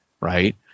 right